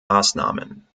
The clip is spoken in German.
maßnahmen